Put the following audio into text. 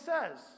says